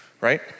right